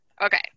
Okay